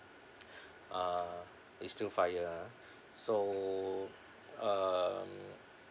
uh it's still five year ah so um